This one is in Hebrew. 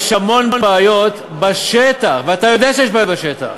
יש המון בעיות בשטח, ואתה יודע שיש בעיות בשטח,